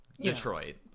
Detroit